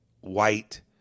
white